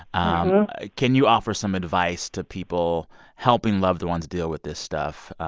um can you offer some advice to people helping loved ones deal with this stuff?